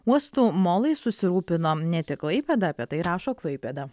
uostų molais susirūpino ne tik klaipėda apie tai rašo klaipėda